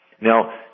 Now